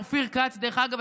דרך אגב,